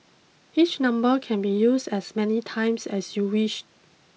each number can be used as many times as you wish